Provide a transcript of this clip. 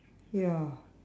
ya